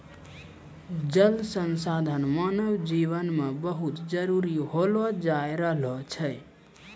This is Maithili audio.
जल संसाधन मानव जिवन मे बहुत जरुरी होलो जाय रहलो छै